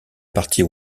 partie